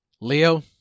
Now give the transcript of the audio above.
Leo